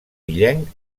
illenc